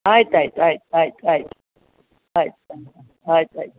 ಆಯ್ತು ಆಯ್ತು ಆಯ್ತು ಆಯ್ತು ಆಯ್ತು ಆಯ್ತು ಆಯ್ತು ಆಯ್ತು